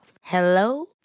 Hello